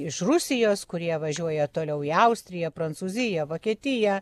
iš rusijos kurie važiuoja toliau į austriją prancūziją vokietiją